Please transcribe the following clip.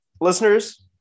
listeners